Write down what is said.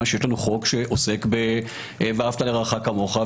יש חוק שעוסק באהבת לרעך כמוך,